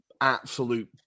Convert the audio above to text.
absolute